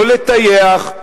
לא לטייח,